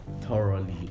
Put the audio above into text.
thoroughly